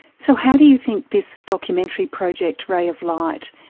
so do you think this documentary project, ray of light,